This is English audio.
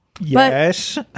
yes